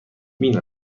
بین